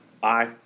Bye